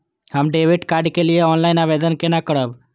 हम debit card के लिए ऑनलाइन आवेदन केना करब?